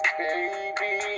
baby